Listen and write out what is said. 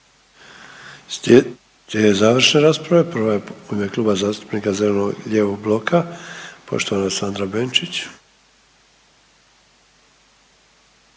završne rasprave. Prva je u ime Kluba zastupnika zeleno-lijevog bloka, poštovana Sandra Benčić.